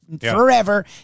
Forever